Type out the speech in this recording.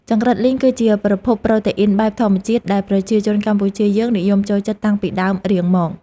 ចង្រិតលីងគឺជាប្រភពប្រូតេអ៊ីនបែបធម្មជាតិដែលប្រជាជនកម្ពុជាយើងនិយមចូលចិត្តតាំងពីដើមរៀងមក។